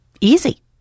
easy